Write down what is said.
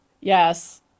Yes